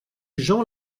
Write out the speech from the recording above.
jean